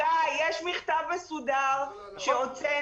גיא, יש מכתב מסודר שהוצאנו,